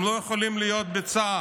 שהם לא יכולים להיות בצה"ל.